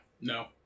No